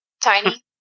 Tiny